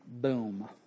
boom